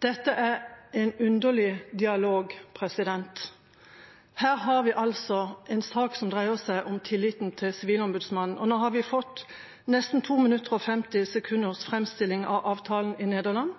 Dette er en underlig dialog. Her har vi altså en sak som dreier seg om tilliten til Sivilombudsmannen, og nå har vi fått en nesten 2 minutter og 50 sekunders fremstilling av avtalen i Nederland.